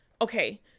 okay